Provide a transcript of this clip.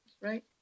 Right